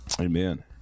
Amen